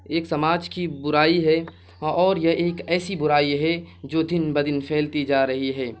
ایک سماج کی برائی ہے اور یہ ایک ایسی برائی ہے جو دن بدن پھیلتی جا رہی ہے